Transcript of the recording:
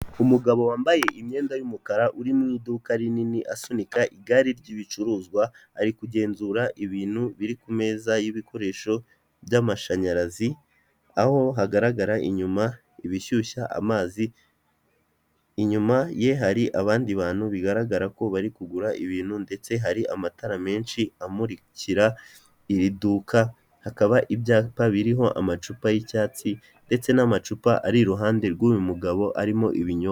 Umugabo wambaye imyenda y'umukara, uri mu iduka rinini asunika igare ryibicuruzwa, ari kugenzura ibintu biri ku meza y'ibikoresho byamashanyarazi, aho hagaragarara inyuma ibishyushya amazi, inyuma ye hari abandi bantu bigaragara ko bari kugura ibintu, ndetse hari amatara menshi amukira iri duka, hakaba ibyapa biriho amacupa y'icyatsi ndetse n'amacupa ari iruhande rw'uyu mugabo arimo ibinyobwa.